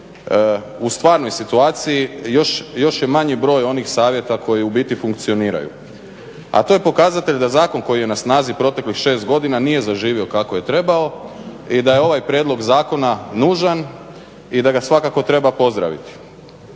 u stvarnoj situaciji još je manji broj onih savjeta koji u biti funkcioniraju. A to je pokazatelj da zakon koji je na snazi proteklih 6 godina nije zaživio kako je trebao i da je ovaj prijedlog zakona nužan i da ga svakako treba pozdraviti.